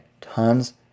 tons